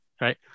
Right